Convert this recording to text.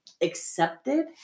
accepted